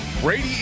Brady